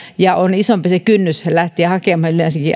ja se että on yleensäkin isompi se kynnys lähteä hakemaan